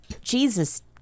Jesus